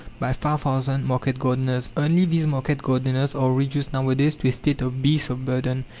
by five thousand market-gardeners. only these market-gardeners are reduced nowadays to a state of beasts of burden,